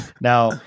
Now